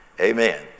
Amen